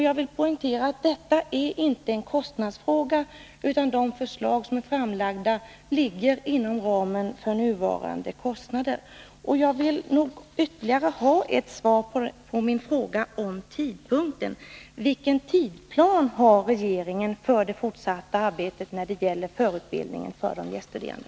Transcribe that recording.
Jag vill poängtera att detta inte är en kostnadsfråga, utan de förslag som framlagts ligger inom ramen för nuvarande kostnader. Jag vill faktiskt ha ett svar på min fråga om tidpunkten för regeringens förslag. Vilken tidplan har regeringen för det fortsatta arbetet när det gäller förutbildning för de gäststuderande?